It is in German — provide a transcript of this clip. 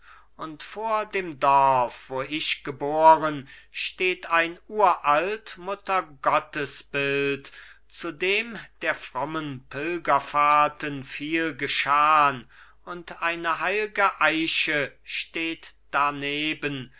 und vor dem dorf wo ich geboren steht ein uralt muttergottesbild zu dem der frommen pilgerfahrten viel geschahn und eine heilge eiche steht darneben